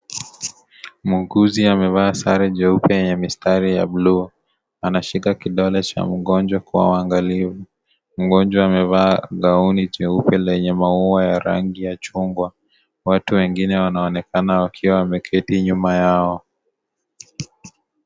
Muuguzi amevaa sare jeupe yenye mistari ya buluu. Anashika kidole cha mgonjwa kwa uangalifu. Mgonjwa amevaa gauni jeupe lenye maua ya rangi ya chungwa. Watu wengine wanaonekana wakiwa wameketi nyuma yao.